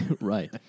Right